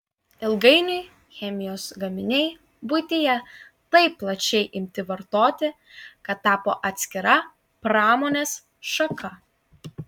ilgainiui chemijos gaminiai buityje taip plačiai imti vartoti kad tapo atskira pramonės šaka